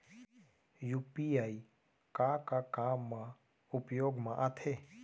UPI का का काम मा उपयोग मा आथे?